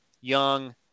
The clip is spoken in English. Young